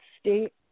State